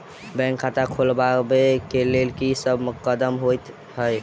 Bank खाता खोलबाबै केँ लेल की सब कदम होइ हय?